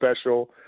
special